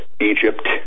egypt